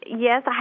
yes